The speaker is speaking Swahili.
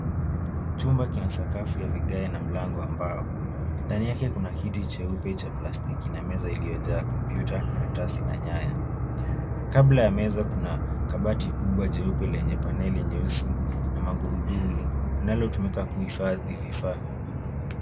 Chumba chenye sakafu ya vigae na mlango wa mbao. Ndani yake kuna kiti cheupe cha plastiki na meza iliyo jaa kompyuta, karatasi na nyaya. Kabla ya meza kuna kabati kubwa jeupe lenye paneli nyeusi la magurudumu linalo tumika kuhifadhi vifaa.